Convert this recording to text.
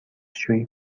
شویی